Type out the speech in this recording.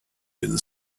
been